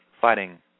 fighting